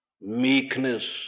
meekness